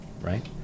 right